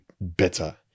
better